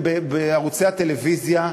בערוצי הטלוויזיה,